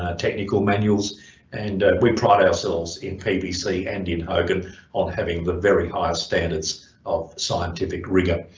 ah technical manuals and we pride ourselves in pbc and in hogan on having the very highest standards of scientific rigor.